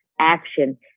action